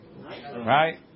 Right